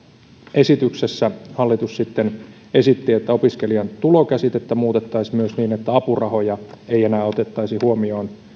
esityksessä hallitus sitten esitti että opiskelijan tulokäsitettä muutettaisiin myös niin että apurahoja ei enää otettaisi huomioon